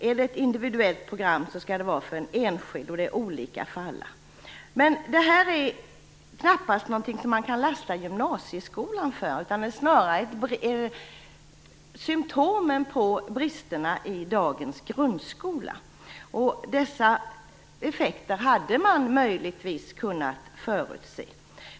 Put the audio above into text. Är det ett individuellt program skall det vara för en enskild person och olika för alla. Detta är knappast något som man kan lasta gymnasieskolan för. Det är snarare symtom på bristerna i dagens grundskola. Dessa effekter hade man möjligtvis kunnat förutse.